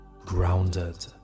grounded